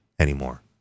Anymore